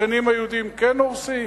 לשכנים היהודים כן הורסים?